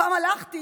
פעם לקחתי